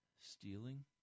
stealing